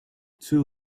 two